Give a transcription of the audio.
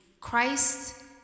Christ